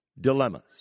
dilemmas